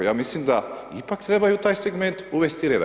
Ja mislim da ipak trebaju u taj segment uvesti reda.